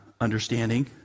understanding